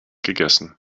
gegessen